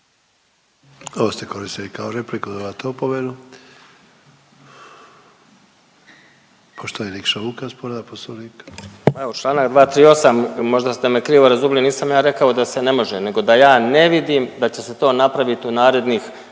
Ovo ste koristili kao repliku, dobivate opomenu. Poštovani Nikša Vukas, povreda Poslovnika. **Vukas, Nikša (Socijaldemokrati)** Pa evo članak 238. Možda ste me krivo razumjeli. Nisam ja rekao da se ne može, nego da ja ne vidim da će se to napraviti u narednih